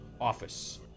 office